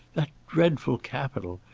that dreadful capitol!